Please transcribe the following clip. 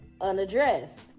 unaddressed